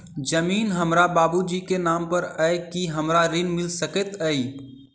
जमीन हमरा बाबूजी केँ नाम पर अई की हमरा ऋण मिल सकैत अई?